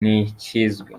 ntikizwi